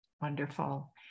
Wonderful